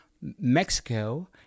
Mexico